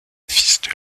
fils